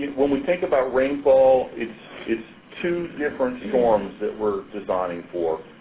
when we think about rainfall, it's it's two different forms that we're designing for.